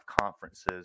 conferences